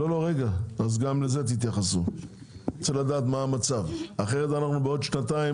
אני רוצה לדעת מה המצב כי אחרת בעוד שנתיים